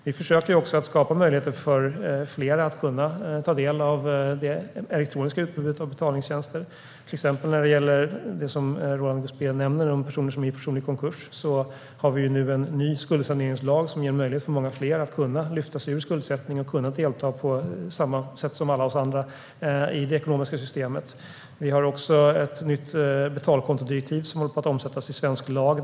Vi försöker också att skapa möjlighet för fler att ta del av det elektroniska utbudet av betalningstjänster. Vad gäller till exempel personer i personlig konkurs, som Roland Gustbée nämnde, har vi en ny skuldsaneringslag, som ger en möjlighet för många fler att lyfta sig ur skuldsättning och delta på samma sätt som alla vi andra i det ekonomiska systemet. Vi har också ett nytt betalkontodirektiv, som håller på att omsättas i svensk lag.